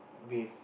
with